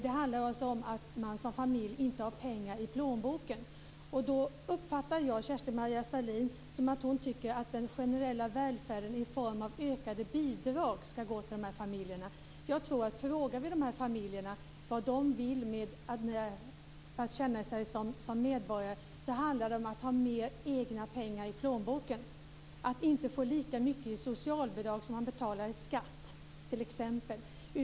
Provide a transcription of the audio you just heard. Det handlar alltså om att man som familj inte har pengar i plånboken. Då uppfattade jag att Kerstin-Maria Stalin tycker att den generella välfärden i form av ökade bidrag ska gå till dessa familjer. Jag tror att om vi frågar dessa familjer vad de vill ha för att känna sig som medborgare så handlar svaret om att man vill ha mer egna pengar i plånboken, att inte få lika mycket i socialbidrag som man betalar i skatt t.ex.